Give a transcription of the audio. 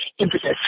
emphasis